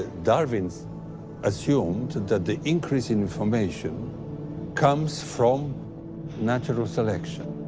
darwin assumed that the increase in information comes from natural selection.